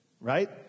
right